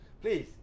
Please